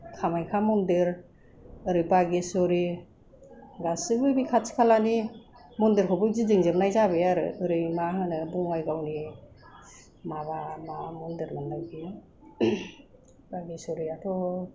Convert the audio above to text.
खामाख्या मन्दिर ओरै बाघेश्वरि गासैबो बे खाथि खालानि मन्दिरखौ गिदिंजोबनाय जाबाय आरो ओरै मा होनो बङाइगावनि माबा मा मन्दिरमोनलाय बे बाघेश्वरियाथ'